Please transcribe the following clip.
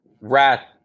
rat